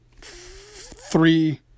three